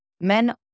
men